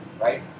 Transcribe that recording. right